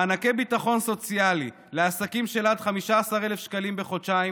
מענקי ביטחון סוציאלי לעסקים של עד 15,000 שקלים בחודשיים